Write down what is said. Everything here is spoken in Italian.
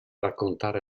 raccontare